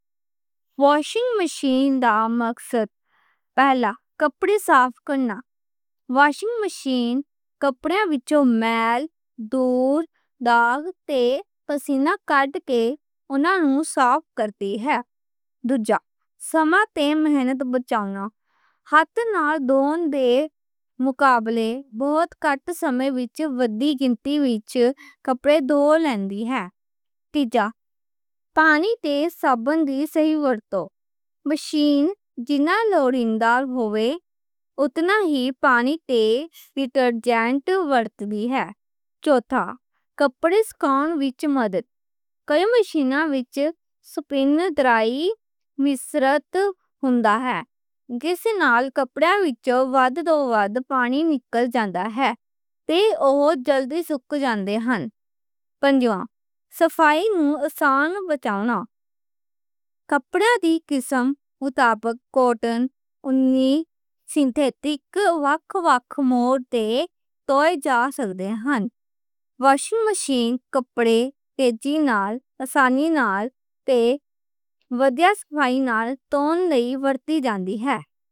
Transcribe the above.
Washing machine اک سادہ جیہی مشین ہوندی اے جو کپڑے صاف کرنے لئی بنائی گئی اے۔ واشنگ مشین کپڑیاں وچوں میل، دھوڑی، داغ تے پسینہ کڈ کے اونہاں نوں صاف کردی اے۔ سماں تے محنت بچاؤنا، ہتھیں نال دھون دے مقابلے، بہت کٹ سمیں وچ وڈی گنتی وچ کپڑے دھو لیندی اے۔ پانی تے صابن دی صحیح ورتوں، مشین دی لوڈنگ دے مطابق پانی تے ڈٹر جینٹ ورتے جاندے نیں۔ کپڑے سکھاؤن وچ مدد، کئی مشیناں وچ سپن ڈرائی مشترک ہوندا اے، جس نال کپڑے وچوں واد توں واد پانی نکل جاندا اے تے اوہ جلدی سک جان دے نیں۔ صفائی نوں آسان بناؤنا، کپڑے دی قسم مطابق کوٹن، سنتھیٹک، وکھ وکھ موڈ تے توئے جا سکدے نیں۔ واشنگ مشین کپڑے تیزی نال، آسانی نال، تے ودھیا صفائی نال دھوؤں لئی ورتی جاندی اے۔